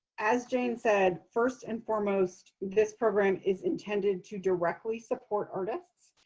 as jane said, first and foremost, this program is intended to directly support artists.